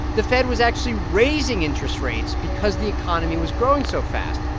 the fed was actually raising interest rates because the economy was growing so fast.